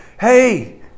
hey